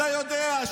אתה יודע,